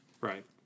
Right